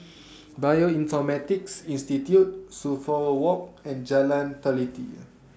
Bioinformatics Institute Suffolk Walk and Jalan Teliti